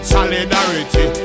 Solidarity